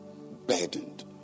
burdened